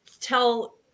tell